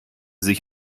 sich